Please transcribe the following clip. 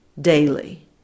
daily